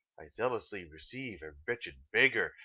i zealously receive a wretched beggar,